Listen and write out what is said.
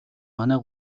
манай